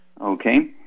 Okay